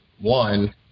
one